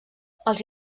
els